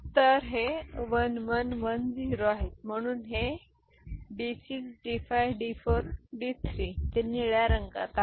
तर हे 1 1 1 0 आहे म्हणून हे D 6 D 5 D 4 आणि D 3 आहे ते निळ्या रंगात आहे